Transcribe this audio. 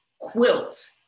quilt